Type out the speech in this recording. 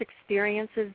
experiences